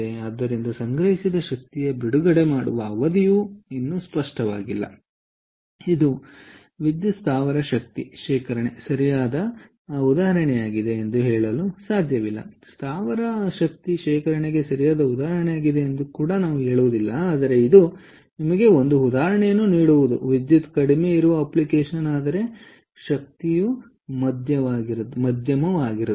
ಆದ್ದರಿಂದ ಸಂಗ್ರಹಿಸಿದ ಶಕ್ತಿಯನ್ನು ಬಿಡುಗಡೆ ಮಾಡುವ ಅವಧಿಯು ಇದು ಸ್ಪಷ್ಟವಾಗಿಲ್ಲ ಇದು ವಿದ್ಯುತ್ ಸ್ಥಾವರ ಶಕ್ತಿ ಶೇಖರಣೆಗೆ ಸರಿಯಾದ ಉದಾಹರಣೆಯಾಗಿದೆ ಎಂದು ಹೇಳಲು ಸಾಧ್ಯವಿಲ್ಲ ಆದರೆ ಇದು ನಿಮಗೆ ಒಂದು ಉದಾಹರಣೆಯನ್ನು ನೀಡುವುದು ವಿದ್ಯುತ್ ಕಡಿಮೆ ಇರುವ ಅಪ್ಲಿಕೇಶನ್ ಆದರೆ ಶಕ್ತಿಯು ಮಧ್ಯಮವಾಗಿರುತ್ತದೆ